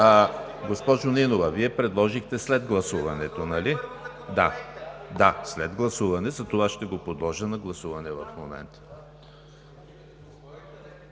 Госпожо Нинова, Вие предложихте след гласуването, нали? Да, след гласуване, затова ще подложа на гласуване в момента.